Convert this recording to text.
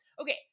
okay